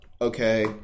okay